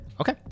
Okay